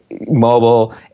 mobile